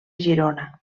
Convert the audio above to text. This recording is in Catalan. girona